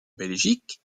belgique